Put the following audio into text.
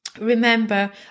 remember